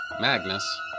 Magnus